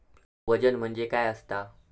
वजन म्हणजे काय असता?